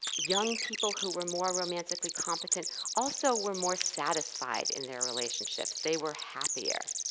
young people who were more romantically competent also were more satisfied in their relationships, they were happier.